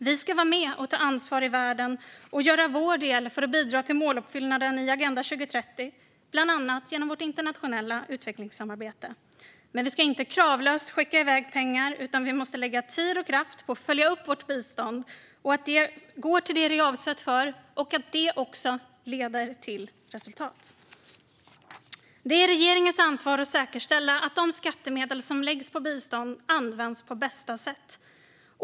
Vi ska vara med och ta ansvar i världen och göra vår del för att bidra till måluppfyllelsen i Agenda 2030, bland annat genom vårt internationella utvecklingssamarbete. Men vi ska inte kravlöst skicka iväg pengar, utan vi måste lägga tid och kraft på att följa upp att vårt bistånd går till det som det är avsett för och att det leder till resultat. Det är regeringens ansvar att säkerställa att de skattemedel som läggs på bistånd används på bästa sätt.